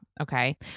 Okay